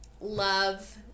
love